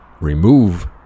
remove